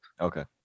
okay